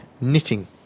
knitting